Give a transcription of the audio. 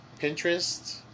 Pinterest